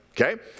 Okay